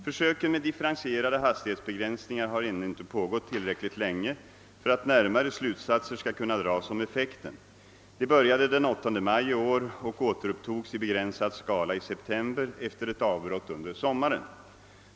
Försöken med differentierade hastighetsbegränsningar har ännu inte pågått tillräckligt länge för att närmare slutsatser skall kunna dras om effekten. De började den 8 maj i år och återupptogs i begränsad skala i september efter ett avbrott under sommaren.